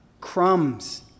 crumbs